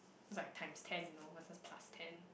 it's like times ten you know versus plus ten